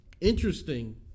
interesting